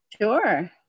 Sure